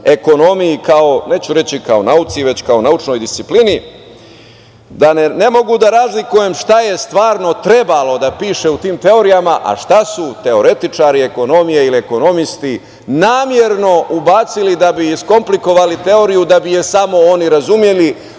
ekonomiji kao, neću reći kao nauci, već kao naučnoj disciplini, da ne mogu da razlikujem šta je stvarno trebalo da piše u tim teorijama, a šta su teoretičari ekonomije ili ekonomisti namerno ubacili da bi iskomplikovali teoriju da bi je samo oni razumeli,